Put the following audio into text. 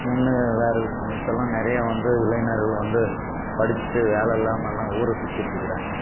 முன்னே வேற விஷயம் இப்போலாம் நிறையா வந்து இளைஞர்கள் வந்து படிச்சிட்டு வேலை இல்லாமல் எல்லாம் ஊரை சுத்திகிட்டுருக்குறாங்க